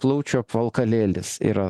plaučių apvalkalėlis yra